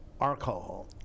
alcohol